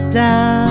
down